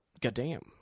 goddamn